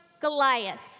Goliath